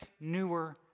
newer